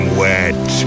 wet